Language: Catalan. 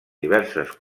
diverses